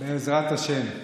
בעזרת השם.